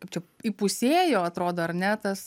čia įpusėjo atrodo ar ne tas